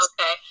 Okay